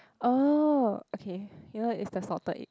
oh okay you know is the salted egg